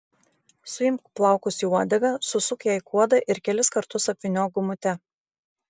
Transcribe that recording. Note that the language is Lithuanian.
suimk plaukus į uodegą susuk ją į kuodą ir kelis kartus apvyniok gumute